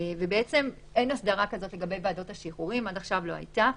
ובעצם אין הסדרה כזו לגבי ועדות השחרורים עד עכשיו לא היתה.